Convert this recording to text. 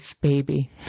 baby